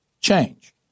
change